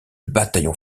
bataillon